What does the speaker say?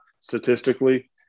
statistically